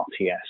RTS